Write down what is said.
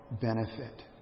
benefit